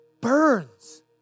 burns